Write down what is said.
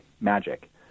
Magic